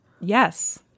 Yes